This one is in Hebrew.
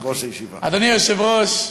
אדוני היושב-ראש,